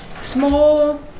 small